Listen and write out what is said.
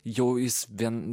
jau jis vien